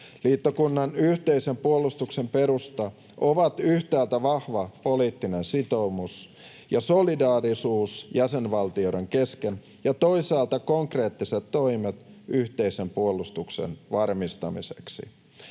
Liittokunnan yhteisen puolustuksen perusta ovat yhtäältä vahva poliittinen sitoumus ja solidaarisuus jäsenvaltioiden kesken ja toisaalta konkreettiset toimet yhteisen puolustuksen varmistamiseksi.